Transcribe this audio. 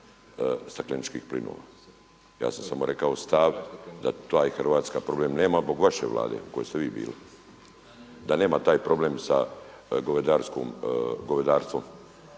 stakleničkih plinova. Ja sam samo rekao stav da taj Hrvatska problem nema zbog vaše Vlade u kojoj ste vi bili, da nema taj problem sa govedarstvom.